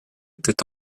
était